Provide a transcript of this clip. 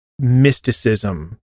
mysticism